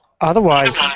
otherwise